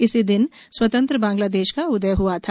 इसी दिन स्वतंत्र बांग्लादेश का उदय हआ था